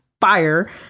fire